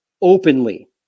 openly